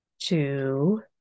two